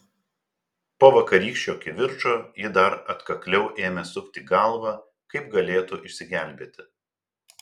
po vakarykščio kivirčo ji dar atkakliau ėmė sukti galvą kaip galėtų išsigelbėti